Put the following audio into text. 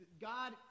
God